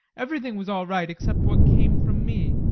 everything was all right except what came from me.